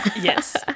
Yes